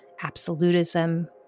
absolutism